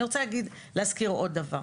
אני רוצה להזכיר עוד דבר.